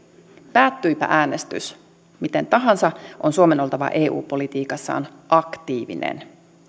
päättyipä äänestys miten tahansa on suomen oltava eu politiikassaan aktiivinen